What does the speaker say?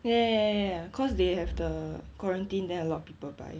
ya ya ya ya ya cause they have the quarantine there a lot of people buy